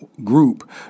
group